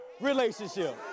relationship